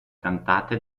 cantate